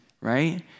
right